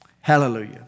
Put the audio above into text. Hallelujah